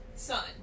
son